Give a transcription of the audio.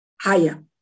higher